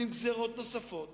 ועם גזירות נוספות